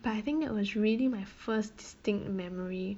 but I think that was really my first distinct memory